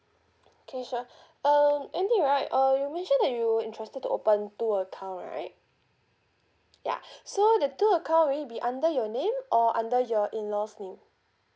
okay sure um andy right uh you mentioned that you interested to open two account right yeah so the two account will it be under your name or under your in-law's name